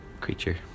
creature